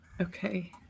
Okay